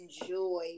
enjoy